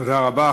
תודה רבה.